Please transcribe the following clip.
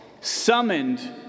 summoned